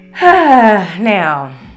now